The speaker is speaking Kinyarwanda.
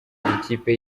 ikipe